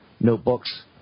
notebooks